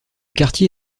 quartier